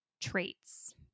traits